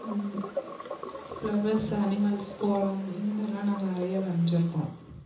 flowers animals கோலம் இந்தமாரிலாம் நாங்கள் நிறைய வரைஞ்சுருக்கோம்